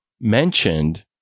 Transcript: mentioned